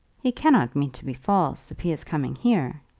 he cannot mean to be false, if he is coming here,